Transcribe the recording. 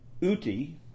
Uti